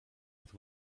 with